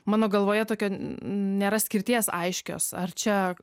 mano galvoje tokia nėra skirties aiškios ar čia